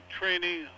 training